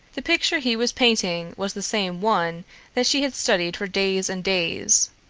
the picture he was painting was the same one that she had studied for days and days.